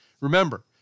Remember